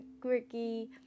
quirky